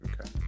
Okay